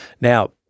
Now